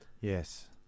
yes